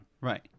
Right